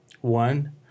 one